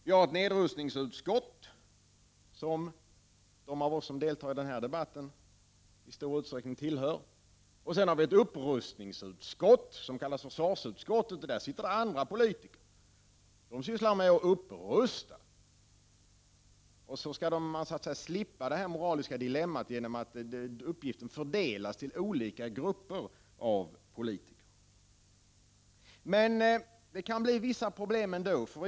Vi har ett ”nedrustningsutskott”, som de av oss som deltar i den här debatten i stor utsträckning tillhör, och sedan har vi ett ”upprustningsutskott” som kallas försvarsutskottet. Där sitter andra politiker, och de sysslar med att upprusta. På så sätt skall man så att säga slippa det moraliska dilemmat genom att uppgiften fördelas på olika grupper av politiker. Men det kan bli vissa problem ändå.